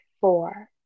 four